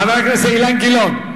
חבר הכנסת אילן גילאון.